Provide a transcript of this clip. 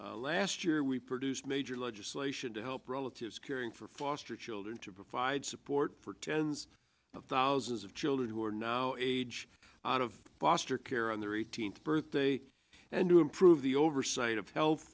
goal last year we produced major legislation to help relatives caring for foster children to provide support for tens of thousands of children who are now age out of foster care on their eighteenth birthday and to improve the oversight of health